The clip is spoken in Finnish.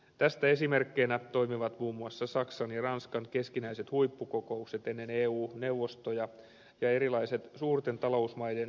tästä esimerkkeinä toimivat muun muassa saksan ja ranskan keskinäiset huippukokoukset ennen eu neuvostoja ja erilaiset suurten talousmaiden g kokoukset